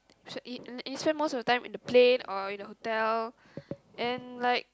so you spend most of the time in the plane or in the hotel and like